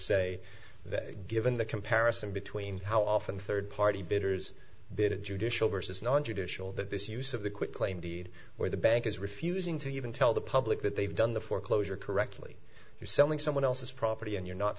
say that given the comparison between how often third party bidders bid a judicial versus non judicial that this use of the quitclaim deed where the bank is refusing to even tell the public that they've done the foreclosure correctly you're selling someone else's property and you're not